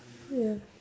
ya